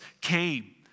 came